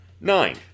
Nine